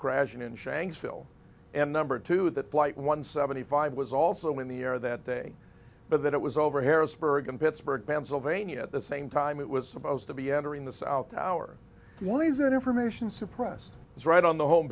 crashing in shanksville and number two that flight one seventy five was also in the air that day but that it was over harrisburg and pittsburgh pennsylvania at the same time it was supposed to be entering the south tower one reason information suppressed is right on the home